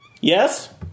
Yes